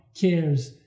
cares